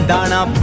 Dana